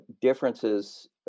differences